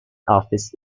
office